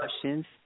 questions